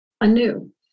anew